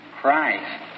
Christ